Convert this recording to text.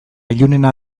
ilunena